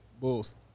Bulls